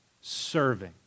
serving